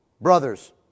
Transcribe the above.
Brothers